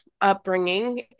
upbringing